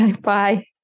Bye